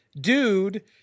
dude